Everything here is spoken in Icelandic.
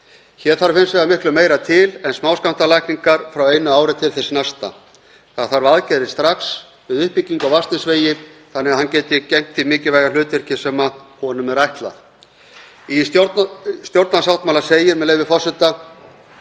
Hér þarf hins vegar miklu meira til en smáskammtalækningar frá einu ári til þess næsta. Það þarf aðgerðir strax við uppbyggingu á Vatnsnesvegi þannig að hann geti gegnt því mikilvæga hlutverki sem honum er ætlað. Í stjórnarsáttmála segir, með leyfi forseta: